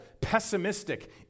pessimistic